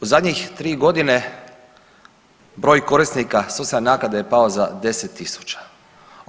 U zadnjih tri godine broj korisnika socijalne naknade je pao za 10 000.